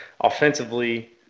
offensively